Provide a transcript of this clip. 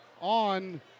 on